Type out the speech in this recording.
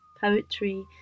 poetry